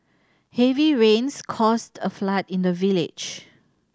heavy rains caused a flood in the village